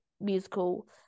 musical